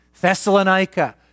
Thessalonica